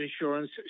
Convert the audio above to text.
insurance